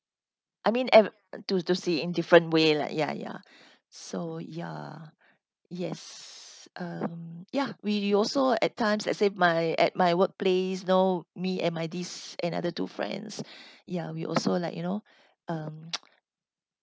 I mean eve~ to to see in different way lah ya ya so ya yes um ya we also at times at same my at my workplace know me and my this another two friends ya we also like you know um